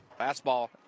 Fastball